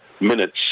minutes